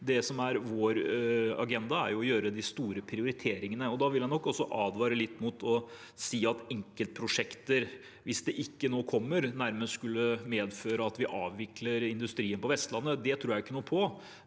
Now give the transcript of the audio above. Det som er vår agenda, er å foreta de store prioriteringene. Da vil jeg nok også advare litt mot å si at hvis enkeltprosjekter ikke kommer nå, vil det nærmest medføre at vi avvikler industrien på Vestlandet. Det tror jeg ikke noe på.